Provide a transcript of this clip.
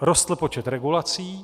Rostl počet regulací.